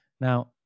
now